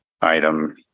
item